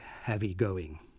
heavy-going